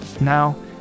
Now